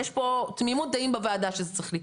יש פה תמימות דעים בוועדה שזה צריך לקרות.